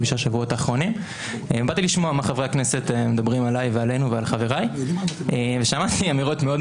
בששת החודשים האחרונים אנו נמצאים באירוע מאוד-מאוד חריג ומאוד-מאוד